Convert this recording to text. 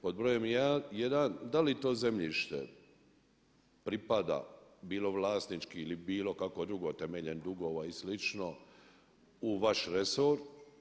Pod brojem 1. da li to zemljište pripada bilo vlasnički ili bilo kako drugo temeljem dugova i slično u vaš resor?